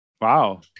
Wow